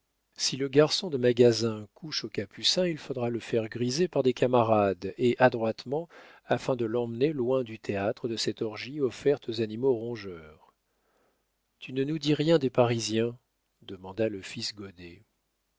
si le garçon de magasin couche aux capucins il faudra le faire griser par des camarades et adroitement afin de l'emmener loin du théâtre de cette orgie offerte aux animaux rongeurs tu ne nous dis rien des parisiens demanda le fils